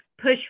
push